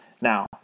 Now